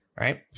right